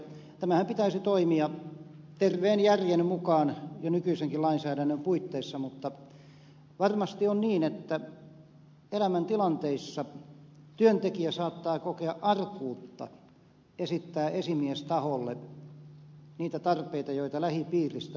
tämänhän pitäisi toimia terveen järjen mukaan jo nykyisenkin lainsäädännön puitteissa mutta varmasti on niin että eri elämäntilanteissa työntekijä saattaa kokea arkuutta esittää esimiestaholle niitä tarpeita joita lähipiiristä nousee